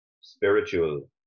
spiritual